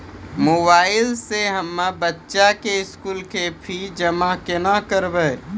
Mobile से हम्मय बच्चा के स्कूल फीस जमा केना करबै?